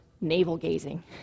navel-gazing